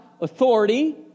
authority